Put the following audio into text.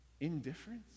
Indifference